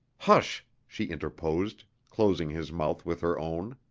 hush! she interposed, closing his mouth with her own.